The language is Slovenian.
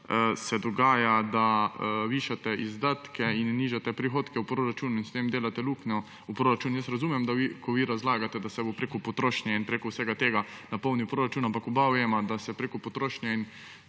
dogaja, da višate izdatke in nižate prihodke v proračun in s tem delate luknjo v proračun. Razumem, ko vi razlagate, da se bo prek potrošnje in prek vsega tega napolnil proračun, ampak oba veva, da se prek potrošnje